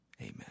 Amen